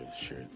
sure